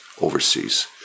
overseas